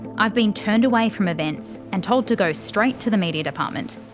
i've been turned away from events and told to go straight to the media department.